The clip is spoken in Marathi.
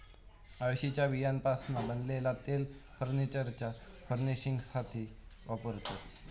अळशीच्या बियांपासना बनलेला तेल फर्नीचरच्या फर्निशिंगसाथी वापरतत